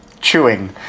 chewing